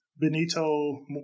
Benito